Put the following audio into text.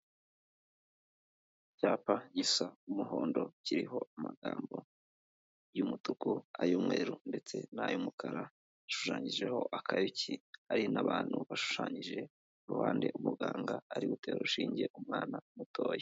Icyapa gisa umuhondo kiriho amagambo y'umutuku, ay'umweru ndetse n'ay'umukara hashushanyijeho akayuki hari n'abantu bashushanyije iruhande umuganga ari gutera urushinge mwana mutoya.